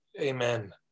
Amen